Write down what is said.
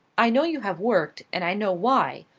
i know you have worked, and i know why.